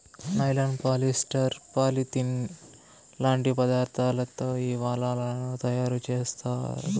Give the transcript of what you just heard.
nylon, polyester, polyethylene లాంటి పదార్థాలతో ఈ వలలను తయారుచేత్తారు